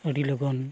ᱟᱹᱰᱤ ᱞᱚᱜᱚᱱ